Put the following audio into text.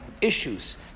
issues